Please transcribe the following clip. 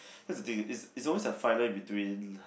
that's the thing it's it's always a fine line between